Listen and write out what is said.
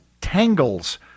tangles